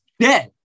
dead